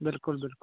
बिल्कुल बिल्कुल